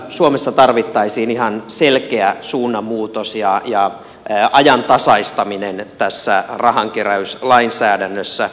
kyllä suomessa tarvittaisiin ihan selkeä suunnanmuutos ja ajantasaistaminen tässä rahankeräyslainsäädännössä